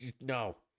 No